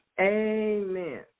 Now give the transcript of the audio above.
Amen